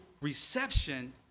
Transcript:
reception